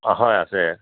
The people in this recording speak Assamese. অঁ হয় আছে